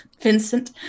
Vincent